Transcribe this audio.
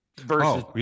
versus